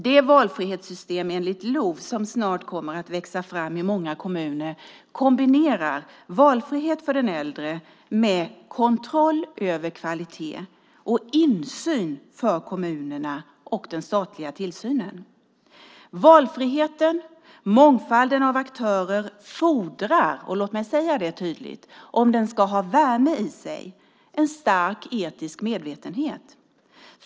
Det valfrihetssystem enligt LOV som snart kommer att växa fram i många kommuner kombinerar valfrihet för den äldre med kontroll över kvaliteten, insyn för kommunerna och statlig tillsyn. Valfriheten samt mångfalden av aktörer fordrar - låt mig tydligt säga detta - om den ska ha värme i sig, en stark etisk medvetenhet.